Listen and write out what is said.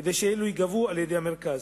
כדי שאלו ייגבו על-ידי המרכז.